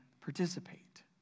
participate